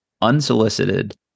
unsolicited